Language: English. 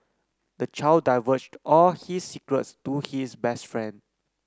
the child divulged all his secrets to his best friend